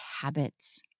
habits